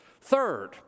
Third